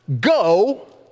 Go